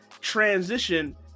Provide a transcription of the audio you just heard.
transition